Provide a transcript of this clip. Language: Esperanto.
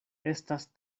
estas